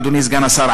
אדוני סגן השר,